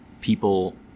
people